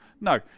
No